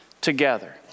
together